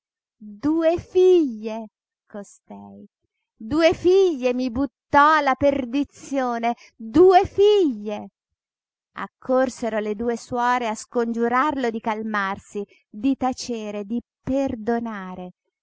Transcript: due figlie costei due figlie mi buttò alla perdizione due figlie accorsero le due suore a scongiurarlo di calmarsi di tacere di perdonare